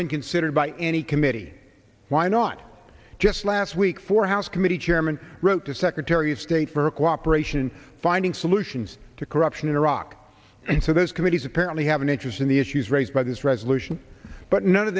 been considered by any committee why not just last week for house committee chairman wrote to secretary of state for cooperation in finding solutions to corruption in iraq and for those committees apparently have an interest in the issues raised by this resolution but none of